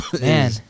Man